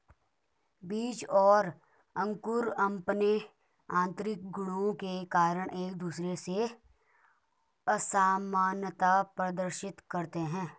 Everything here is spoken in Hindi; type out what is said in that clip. बीज और अंकुर अंपने आतंरिक गुणों के कारण एक दूसरे से असामनता प्रदर्शित करते हैं